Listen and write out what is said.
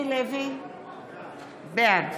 בעד